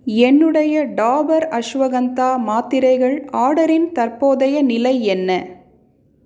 என்னுடைய டாபர் அஷ்வகந்தா மாத்திரைகள் ஆர்டரின் தற்போதைய நிலை என்ன